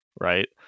right